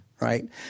right